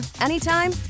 anytime